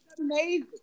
amazing